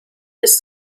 ist